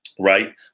right